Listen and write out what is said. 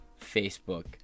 Facebook